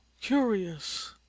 curious